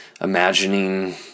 imagining